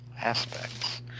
aspects